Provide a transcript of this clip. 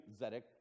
Zedek